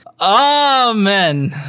Amen